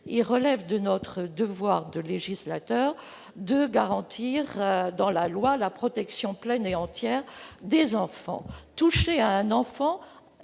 il relève de notre devoir de législateur de garantir dans la loi la protection pleine et entière des enfants. Toucher à un enfant